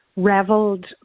reveled